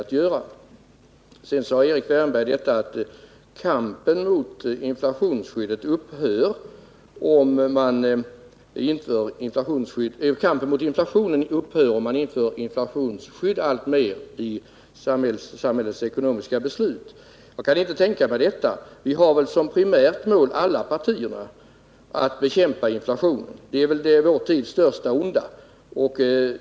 Sedan sade Erik Wärnberg att kampen mot inflationen skulle upphöra, om man i samhällets ekonomiska beslut alltmer införde inflationsskydd. Jag kan inte tänka mig detta. Vi har i alla partier som ett primärt mål att bekämpa inflationen, som är vår tids största onda.